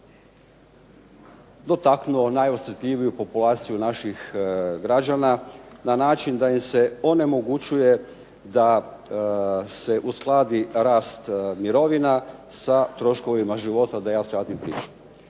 dotaknuo najosjetljiviju populaciju naših građana na način da im se onemogućuje da se uskladi rast mirovina sa troškovima života, da je skratim priču.